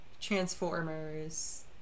Transformers